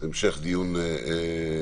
המשך דיון מאתמול.